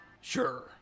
Sure